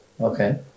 Okay